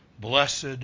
blessed